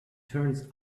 turns